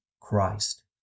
Christ